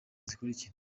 zikurikira